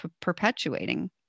perpetuating